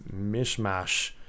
mishmash